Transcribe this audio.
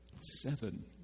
seven